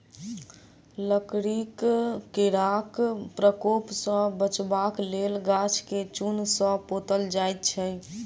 लकड़ीक कीड़ाक प्रकोप सॅ बचबाक लेल गाछ के चून सॅ पोतल जाइत छै